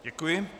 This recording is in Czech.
Děkuji.